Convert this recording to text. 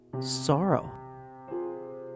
sorrow